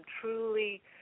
truly